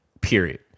period